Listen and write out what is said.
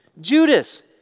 Judas